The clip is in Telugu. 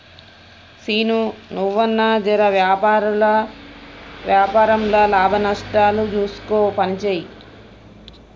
సీనూ, నువ్వన్నా జెర వ్యాపారంల లాభనష్టాలు జూస్కొని పనిజేయి